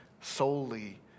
solely